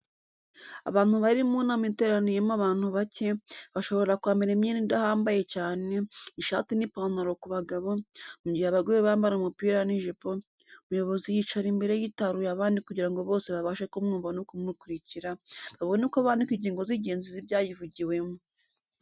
Abantu bari mu nama iteraniyemo abantu bake, bashobora kwambara imyenda idahambaye cyane, ishati n'ipantaro ku bagabo, mu gihe abagore bambara umupira n'ijipo, umuyobozi yicara imbere yitaruye abandi kugira ngo bose babashe kumwumva no kumukurikira, babone uko bandika ingingo z'ingenzi z'ibyayivugiwemo.